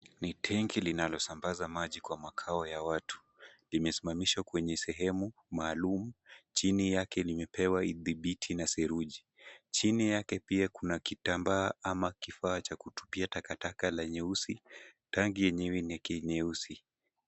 Ni tenki linalosambaza maji kwa makao ya watu. Limesimamishwa kwenye sehemu maalum. Chini yake limepewa idhibiti na seruji. Chini yake pia kuna kitambaa ama kifaa cha kutupia takataka la nyeusi. Tanki yenyewe ni ya nyeusi.